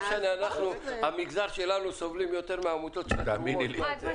אז יכול להיות שזה --- המגזר שלנו סובלים יותר מעמותות של תרומות.